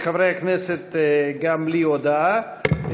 מאת חבר הכנסת דוד אמסלם,